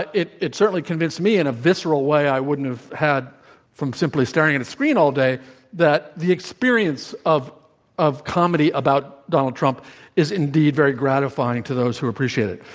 it it certainly convinced me in a visceral way i wouldn't have had from simply staring at a screen all day that the experience of of comedy about donald trump is indeed very gratifying to those who appreciate it.